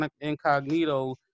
Incognito